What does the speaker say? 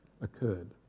occurred